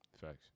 Facts